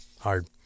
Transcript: Hard